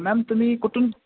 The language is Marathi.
मॅम तुम्ही कुठून